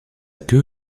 queue